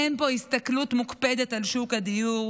אין בו הסתכלות מוקפדת על שוק הדיור,